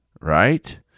right